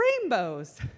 rainbows